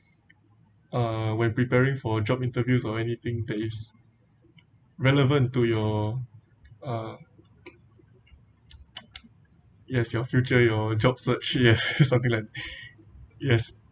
uh when preparing for job interviews or anything that is relevant to your uh yes your future your job search yes something like yes